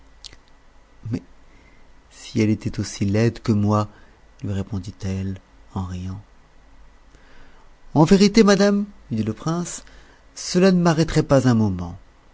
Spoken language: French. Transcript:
mais si elle était aussi laide que moi lui répondit-elle en riant en vérité madame lui dit le prince cela ne m'arrêterait pas un moment